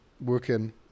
working